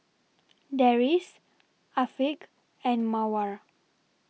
Deris Afiq and Mawar